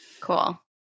Cool